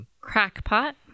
Crackpot